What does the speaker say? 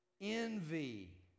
envy